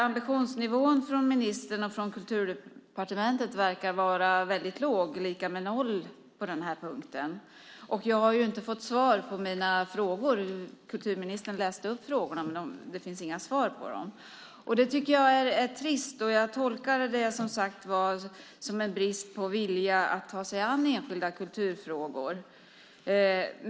Ambitionsnivån hos ministern och Kulturdepartementet verkar vara väldigt låg, lika med noll, på den här punkten. Jag har inte fått svar på mina frågor. Kulturministern läste upp frågorna, men det finns inga svar på dem. Det tycker jag är trist, och jag tolkar det som sagt var som en brist på vilja att ta sig an enskilda kulturfrågor.